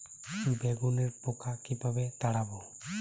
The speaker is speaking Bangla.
বেগুনের পোকা কিভাবে তাড়াব?